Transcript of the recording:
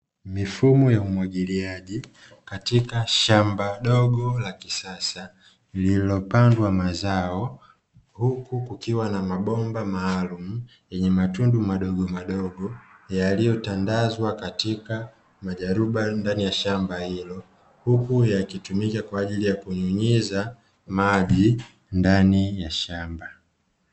Mifumo ya umwagiliaji katika shamba dogo la kisasa, lililopandwa mazao, huku kukiwa na mabomba maalumu yenye matundu madogomadogo, yaliyotandazwa katika majaruba ndani ya shamba hilo. Huku yakitumika kwa ajili ya kunyunyiza maji ndani ya shamba.